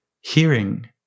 hearing